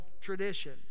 tradition